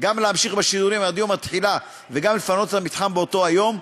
גם להמשיך בשידורים עד יום התחילה וגם לפנות את המתחם באותו היום,